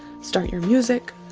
start your music,